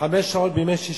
חמש שעות בימי שישי,